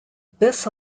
this